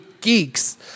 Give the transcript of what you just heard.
geeks